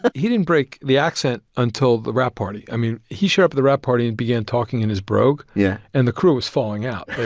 but he didn't break the accent until the wrap party. i mean, he showed up at the wrap party and began talking in his brogue. yeah and the crew was falling out.